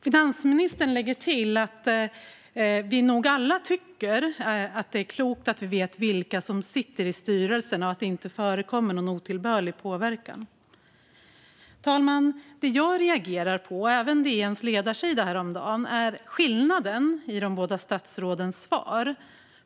Finansministern lägger till att vi nog alla tycker att det är klokt att vi vet vilka som sitter i styrelserna och att det inte förekommer någon otillbörlig påverkan. Fru talman! Det jag reagerar på, liksom DN:s ledarsida häromdagen, är skillnaden mellan de båda statsrådens svar.